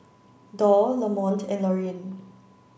doll Lamont and Laureen